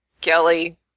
Kelly